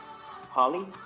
Holly